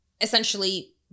essentially